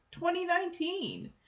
2019